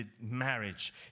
marriage